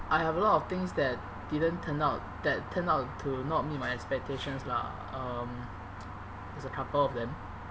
I have a lot of things that didn't turn out that turned out to not meet my expectations lah um there's a couple of them